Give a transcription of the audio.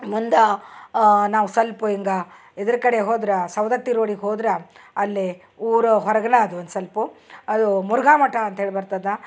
ಮುಂದ ನಾವು ಸಲ್ಪ ಹಿಂಗ ಇದ್ರ ಕಡೆ ಹೋದ್ರ ಸವ್ದತ್ತಿ ರೋಡಿಗೆ ಹೋದ್ರ ಅಲ್ಲಿ ಊರು ಹೊರ್ಗ್ನ ಅದು ಒಂದು ಸಲ್ಪ ಅದು ಮುರ್ಗ ಮಠ ಅಂತೇಳಿ ಬರ್ತದ